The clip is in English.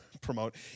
promote